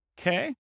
Okay